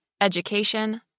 education